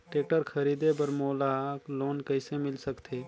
Tractor खरीदे बर मोला लोन कइसे मिल सकथे?